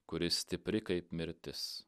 kuri stipri kaip mirtis